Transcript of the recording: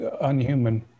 unhuman